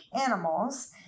animals